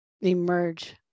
emerge